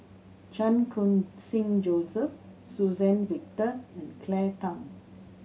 Chan Khun Sing Joseph Suzann Victor and Claire Tham